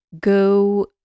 go